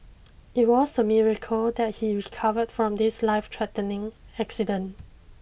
it was a miracle that he recovered from this life threatening accident